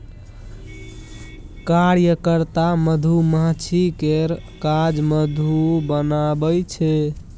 कार्यकर्ता मधुमाछी केर काज मधु बनाएब छै